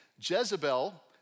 Jezebel